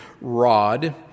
rod